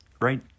right